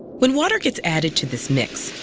when water gets added to this mix,